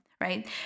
right